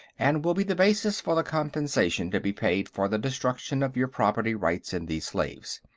and will be the basis for the compensation to be paid for the destruction of your property-rights in these slaves.